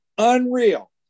Unreal